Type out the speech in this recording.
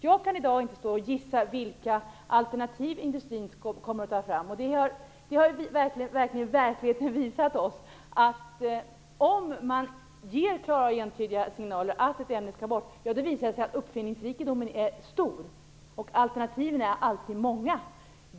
Jag kan i dag inte gissa vilka alternativ industrin kommer att ta fram, men verkligheten har visat oss att om man ger klara och entydiga signaler om att ett ämne skall bort, är uppfinningsrikedomen stor. Alternativen är alltid många.